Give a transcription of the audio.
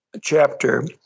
chapter